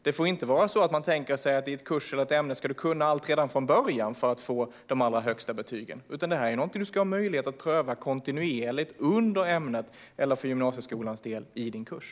Det får inte vara så att man tänker sig att du i en kurs eller i ett ämne ska kunna allt redan från början för att få de allra högsta betygen, utan det här är någonting som du ska ha möjlighet att pröva kontinuerligt under ämnet eller, för gymnasieskolans del, i din kurs.